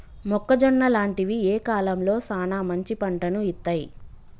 మొక్కజొన్న లాంటివి ఏ కాలంలో సానా మంచి పంటను ఇత్తయ్?